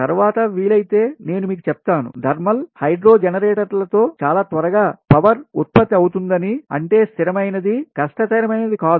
తర్వాత వీలైతే నేను మీకు చెప్తాను థర్మల్ హైడ్రో జనరేటర్ ల ఉత్పాదకము లతో చాలా త్వరగా పవర్ ఉత్పత్తి అవుతుందని అంటే స్థిరమైనది కష్టతరమైనది కాదు